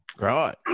Right